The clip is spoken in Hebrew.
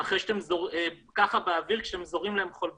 אחרי שאתם זורים להם חול בעיניים.